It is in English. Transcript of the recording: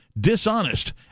dishonest